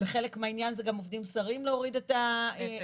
וחלק מהעניין זה גם עובדים זרים להוריד את המס.